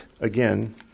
again